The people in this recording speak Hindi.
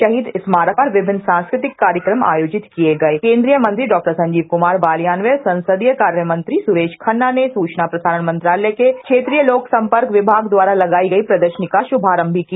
शहीद स्मारक पर विभिन्न सांस्कृतिक कार्यक्रम आयोजित किए गए केंद्रीय मंत्री डॉ संजीव कृमार बालियान व संसदीय कार्य मंत्री सुरेश खन्ना ने सूचना प्रसारण मंत्रालय के क्षेत्रीय लोक संपर्क विभाग द्वारा लगाई गई प्रदर्शनी का शुभारंभ भी किया